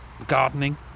gardening